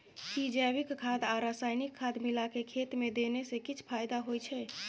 कि जैविक खाद आ रसायनिक खाद मिलाके खेत मे देने से किछ फायदा होय छै?